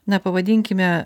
na pavadinkime